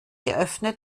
eröffnet